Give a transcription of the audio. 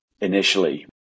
initially